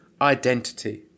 identity